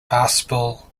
fastball